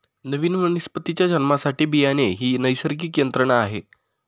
नवीन वनस्पतीच्या जन्मासाठी बियाणे ही एक नैसर्गिक यंत्रणा आहे